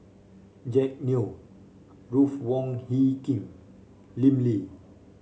Jack Neo Ruth Wong Hie King Lim Lee